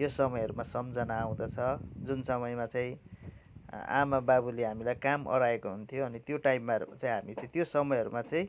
यो समयहरूमा समझना आउँदछ जुन समयमा चाहिँ आमा बाबुले हामीलाई काम अह्राएको हुन्थ्यो अनि त्यो टाइममा हामीहरू चाहिँ त्यो समयहरूमा चाहिँ